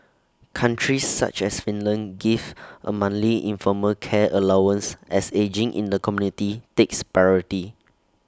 countries such as Finland give A monthly informal care allowance as ageing in the community takes priority